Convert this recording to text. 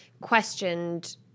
questioned